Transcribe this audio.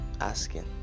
asking